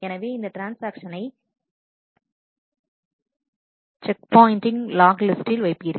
எனவே இந்த ட்ரான்ஸ்ஆக்ஷனை செக் பாயின்ட்டிங் லாக் லிஸ்டில் வைப்பீர்கள்